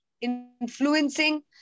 influencing